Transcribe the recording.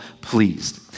pleased